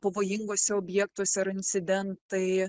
pavojinguose objektuose ar incidentai